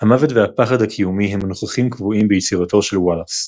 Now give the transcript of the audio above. המוות והפחד הקיומי הם נוכחים קבועים ביצירתו של וולאס.